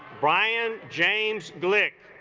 brian james glick